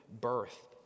birth